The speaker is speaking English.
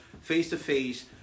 face-to-face